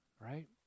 right